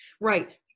right